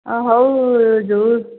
ହଁ ହଉ ଯଉ